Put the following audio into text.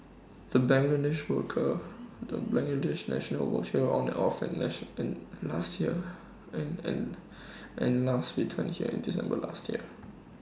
the Bangladesh worker the Bangladesh national worked here on and off and last returned here in December last year